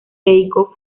dedicó